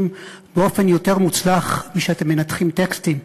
באופן יותר מוצלח משאתם מנתחים טקסטים,